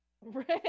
Right